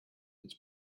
its